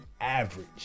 average